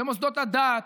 במוסדות הדת,